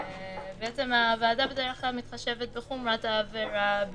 הוועדה בדרך כלל מתחשבת בחומרת העבירה,